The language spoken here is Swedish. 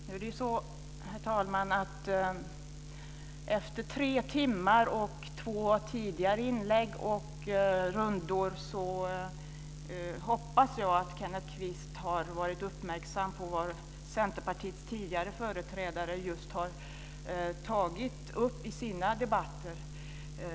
Herr talman! Efter tre timmar och två tidigare inlägg och rundor hoppas jag att Kenneth Kvist har varit uppmärksam på vad Centerpartiets tidigare företrädare just har tagit upp i sina debatter.